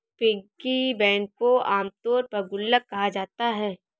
piggy bank को आमतौर पर गुल्लक कहा जाता है